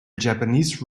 japanese